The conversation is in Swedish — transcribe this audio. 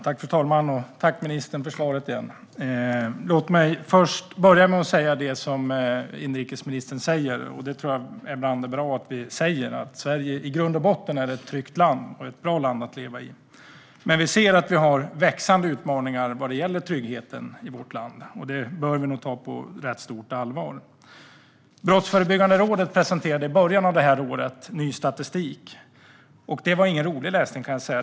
Fru ålderspresident! Tack igen, ministern, för svaret! Låt mig börja med att säga det som inrikesministern säger, vilket jag tror är bra att vi säger, att Sverige i grund och botten är ett tryggt och bra land att leva i. Men vi har växande utmaningar vad gäller tryggheten i vårt land, och det bör vi nog ta på rätt stort allvar. Brottsförebyggande rådet presenterade i början av året ny statistik, och det var ingen rolig läsning.